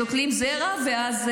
אז שותלים זרע ואז,